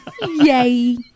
Yay